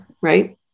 right